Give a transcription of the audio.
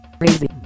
crazy